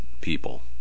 people